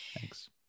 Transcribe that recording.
Thanks